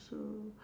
so